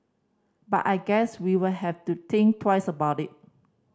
but I guess we would have to think twice about it